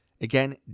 Again